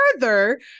further